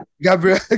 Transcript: Gabriel